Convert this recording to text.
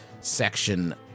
section